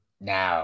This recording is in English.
now